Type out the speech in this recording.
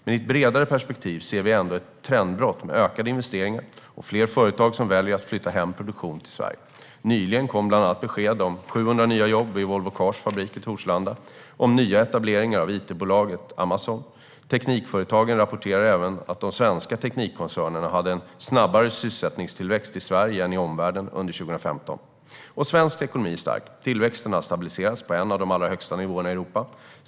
Men i ett bredare perspektiv ser vi ändå ett trendbrott med ökade investeringar och fler företag som väljer att flytta hem produktion till Sverige. Nyligen kom bland annat besked om 700 nya jobb vid Volvo Cars fabrik i Torslanda och om nya etableringar av it-bolaget Amazon. Teknikföretagen rapporterar även att de svenska teknikkoncernerna hade en snabbare sysselsättningstillväxt i Sverige än i omvärlden under 2015. Svensk ekonomi är stark. Tillväxten har stabiliserats på en av de allra högsta nivåerna i Europa.